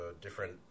different